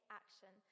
action